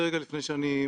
תודה.